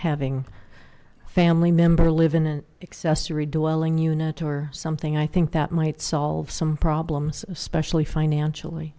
having family member live in an accessory dwelling unit or something i think that might solve some problems especially financially